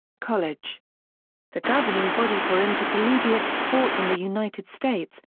college the governing body for intercollegiate sports in the united states,